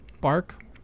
Bark